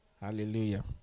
Hallelujah